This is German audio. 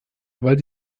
weil